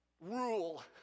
rule